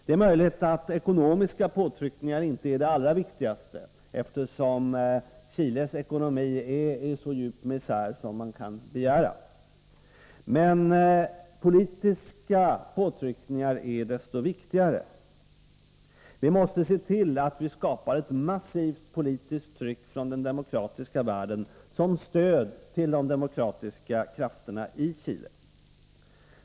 Det är möjligt att ekonomiska påtryckningar inte är det allra viktigaste, eftersom Chiles ekonomi är i så djup misär som man kan begära. Politiska påtryckningar är desto viktigare. Vi måste se till att vi skapar ett massivt politiskt tryck från den demokratiska världen till stöd för de demokratiska krafterna i Chile.